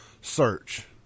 search